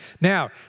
Now